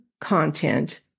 content